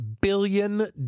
billion